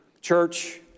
church